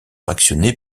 actionné